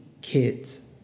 kids